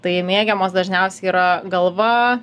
tai mėgiamos dažniausiai yra galva